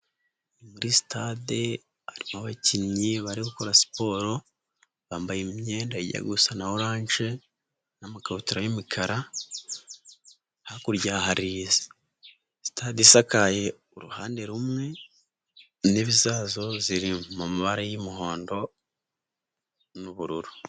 Muri sitade harimo abakinnyi bari gukora siporo bambaye imyenda ijya gusa na oranje n'akabutura y'umukara, hakurya hari sitade isakaye uruhande rumwe, intebe zazo ziri mu mabara y'umuhondo n'ubururu.